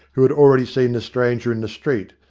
who had already seen the stranger in the street,